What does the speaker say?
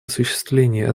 осуществлении